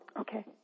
Okay